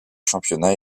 championnat